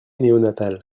néonatale